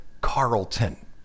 Carlton